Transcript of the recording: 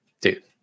Dude